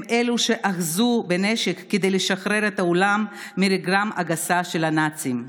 הם אלו שאחזו בנשק כדי לשחרר את העולם מרגלם הגסה של הנאצים.